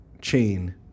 chain